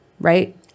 right